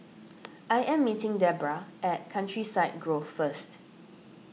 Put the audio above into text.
I am meeting Debora at Countryside Grove first